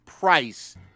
price